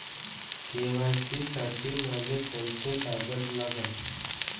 KYC साठी मले कोंते कागद लागन?